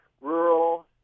rural